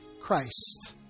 Christ